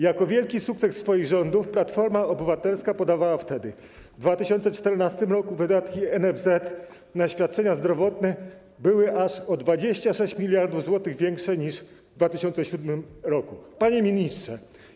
Jako wielki sukces swoich rządów Platforma Obywatelska podawała wtedy, że w 2014 r. wydatki NFZ na świadczenia zdrowotne były aż o 26 mld zł większe niż w 2007 r. Panie Ministrze!